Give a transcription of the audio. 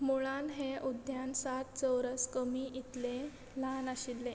मुळान हें उद्द्यान सात चौरस कमी इतलें ल्हान आशिल्लें